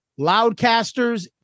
Loudcasters